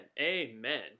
amen